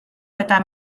eta